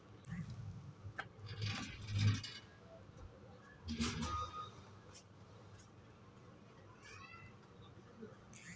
मैंने अगले साल बहुत बचत करने की सोची है